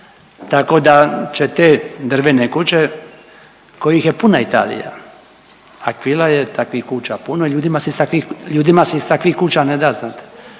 Tako da će te drvene kuće kojih je puna Italija Akvila je takvih kuća puna, ljudima se iz takvih kuća ne da znate